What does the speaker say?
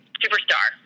superstar